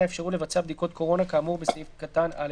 האפשרות לבצע בדיקות קורונה כאמור בסעיף קטן (א)(2).